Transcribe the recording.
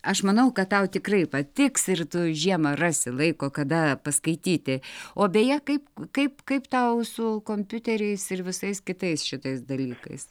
aš manau kad tau tikrai patiks ir tu žiemą rasi laiko kada paskaityti o beje kaip kaip kaip tau su kompiuteriais ir visais kitais šitais dalykais